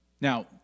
Now